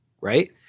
right